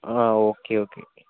ആ okay okay